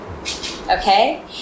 Okay